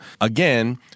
Again